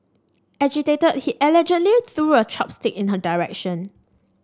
agitated he allegedly threw a chopstick in her direction